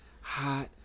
hot